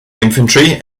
infantry